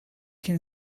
can